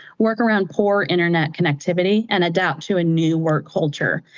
work around poor internet connectivity, and adapt to a new work culture.